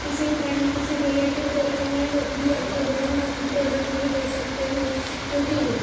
किसी फ्रेंड किसी रिलेटिव को रिकमेंड भी आपकी दुकान का प्रोडक्ट नहीं कर सकते हैं क्योंकि